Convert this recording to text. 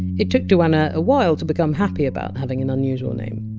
it took duana a while to become happy about having an unusual name.